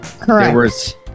Correct